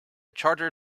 charter